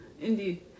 Indeed